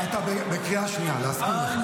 אתה בקריאה שנייה, להזכיר לך.